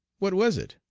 what was it?